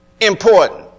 important